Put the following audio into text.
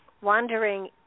wandering